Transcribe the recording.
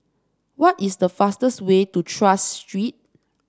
what is the fastest way to Tras Street